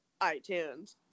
itunes